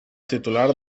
titular